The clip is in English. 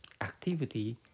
activity